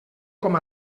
com